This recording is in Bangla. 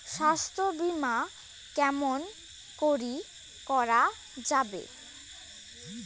স্বাস্থ্য বিমা কেমন করি করা যাবে?